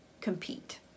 compete